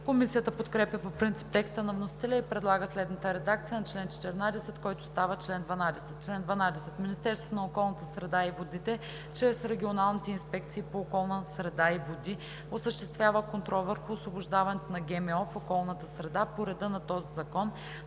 Комисията подкрепя по принцип текста на вносителя и предлага следната редакция на чл. 14, който става чл. 12: „Чл. 12. Министерството на околната среда и водите чрез регионалните инспекции по околна среда и води осъществява контрол върху освобождаването на ГМО в околната среда по реда на този закон,